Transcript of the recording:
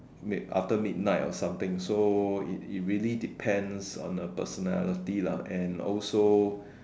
after midnight or something so it really depend on the personality lah and also